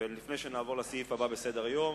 לפני שנעבור לסעיף הבא בסדר-היום,